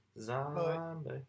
zombie